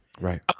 Right